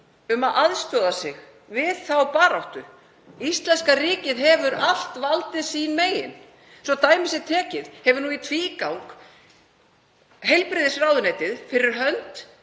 um að aðstoða sig við þá baráttu. Íslenska ríkið hefur allt valdið sín megin. Svo að dæmi sé tekið hefur heilbrigðisráðuneytið fyrir hönd